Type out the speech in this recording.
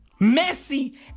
Messi